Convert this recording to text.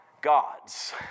God's